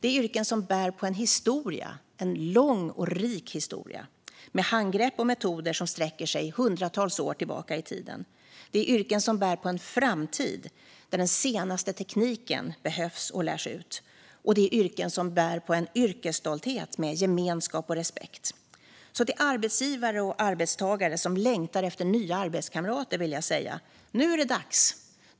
Det är yrken som bär på en historia - en lång och rik historia med handgrepp och metoder som sträcker sig hundratals år tillbaka i tiden. Det är yrken som bär på en framtid, där den senaste tekniken behövs och lärs ut. Och det är yrken som bär på en yrkesstolthet med gemenskap och respekt. Till arbetsgivare och arbetstagare som längtar efter nya arbetskamrater vill jag säga: Nu är det dags!